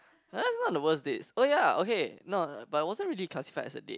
uh that's not the worst date oh ya okay no but it wasn't really classified as a date